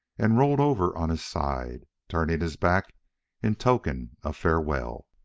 and rolled over on his side, turning his back in token of farewell.